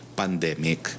pandemic